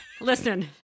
listen